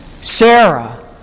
Sarah